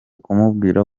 kumubwira